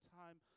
time